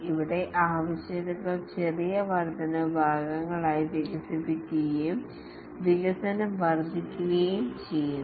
ഇവിടെ ആവശ്യകതകൾ ചെറിയ വർദ്ധനവ് ഭാഗങ്ങളായി വിഘടിപ്പിക്കുകയും വികസനം വർദ്ധിക്കുകയും ചെയ്യുന്നു